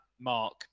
mark